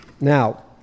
Now